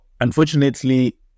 unfortunately